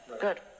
Good